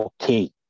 okay